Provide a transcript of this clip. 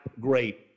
great